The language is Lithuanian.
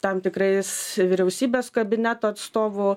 tam tikrais vyriausybės kabineto atstovų